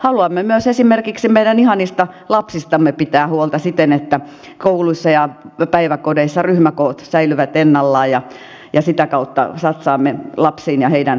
haluamme myös esimerkiksi meidän ihanista lapsistamme pitää huolta siten että kouluissa ja päiväkodeissa ryhmäkoot säilyvät ennallaan ja sitä kautta satsaamme lapsiin ja heidän tulevaisuuteensa